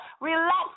relax